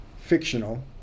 Fictional